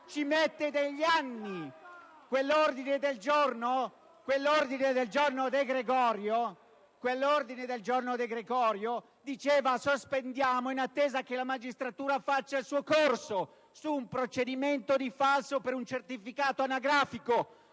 MAZZATORTA *(LNP)*. L'ordine del giorno De Gregorio diceva di sospendere in attesa che la magistratura facesse il suo corso su un procedimento di falso per un certificato anagrafico: